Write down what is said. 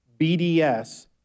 BDS